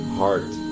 heart